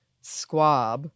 squab